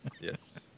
Yes